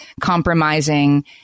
compromising